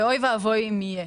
ואוי ואבוי אם יהיה.